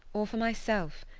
or for myself.